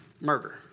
murder